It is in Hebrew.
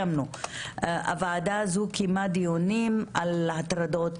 אבל הוועדה הזאת קיימה דיונים על הטרדות